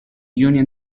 union